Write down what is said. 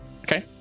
Okay